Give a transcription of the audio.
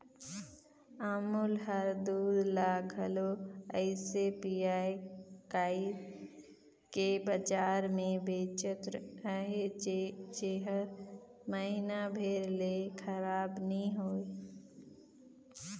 अमूल हर दूद ल घलो अइसे पएक कइर के बजार में बेंचत अहे जेहर महिना भेर ले खराब नी होए